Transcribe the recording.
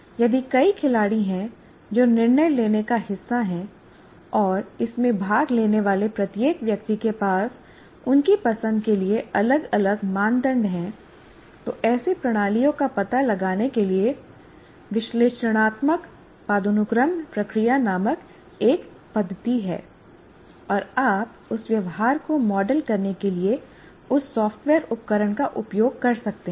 यदि कई खिलाड़ी हैं जो निर्णय लेने का हिस्सा हैं और इसमें भाग लेने वाले प्रत्येक व्यक्ति के पास उनकी पसंद के लिए अलग अलग मानदंड हैं तो ऐसी प्रणालियों का पता लगाने के लिए विश्लेषणात्मक पदानुक्रम प्रक्रिया नामक एक पद्धति है और आप उस व्यवहार को मॉडल करने के लिए उस सॉफ़्टवेयर उपकरण का उपयोग कर सकते हैं